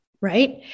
right